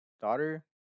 daughter